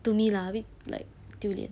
to me lah a bit like 丢脸